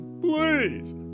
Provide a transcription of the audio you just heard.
please